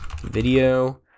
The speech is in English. Video